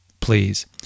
please